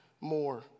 more